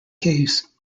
caves